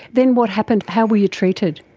then what happened? how were you treated?